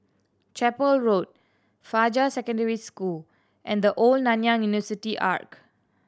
Chapel Road Fajar Secondary School and The Old Nanyang University